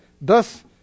Thus